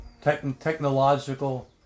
technological